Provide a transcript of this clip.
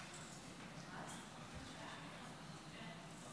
ההצעה להעביר את הצעת